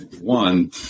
One